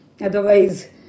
Otherwise